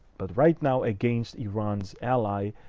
but right now against iran's ally.